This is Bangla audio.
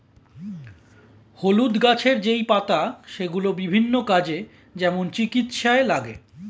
হলুদ গাছের যেই পাতা সেগুলো বিভিন্ন কাজে, যেমন চিকিৎসায় লাগে